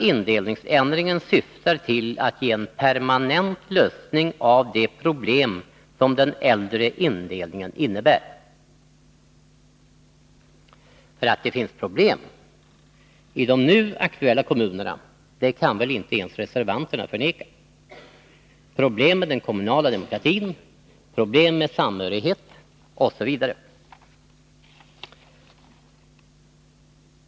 Indelningsändringen syftar också till att ge en permanent lösning av de problem som den äldre indelningen innebär. Att det finns problem i de nu aktuella kommunerna kan väl inte ens reservanterna förneka: problem med den kommunala demokratin, med samhörigheten osv.